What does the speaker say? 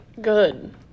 Good